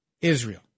Israel